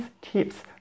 tips